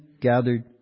gathered